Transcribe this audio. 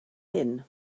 hyn